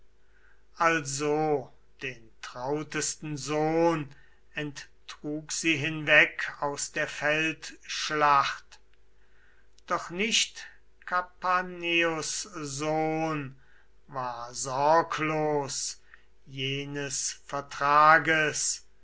diese den trautesten sohn mit lilienarmen umschlingend doch nicht kapaneus sohn war sorglos jenes vertrages